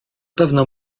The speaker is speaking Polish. pewno